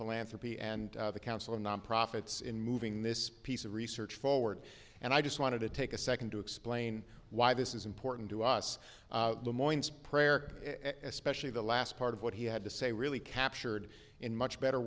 philanthropy and the council of nonprofits in moving this piece of research forward and i just wanted to take a second to explain why this is important to us the moines prayer specially the last part of what he had to say really captured in much better